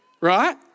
right